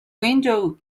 window